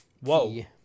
Whoa